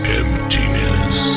emptiness